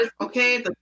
okay